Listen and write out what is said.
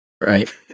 right